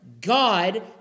God